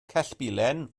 cellbilen